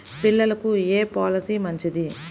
పిల్లలకు ఏ పొలసీ మంచిది?